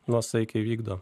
nuosaikiai vykdo